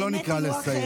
זה לא נקרא לסיים,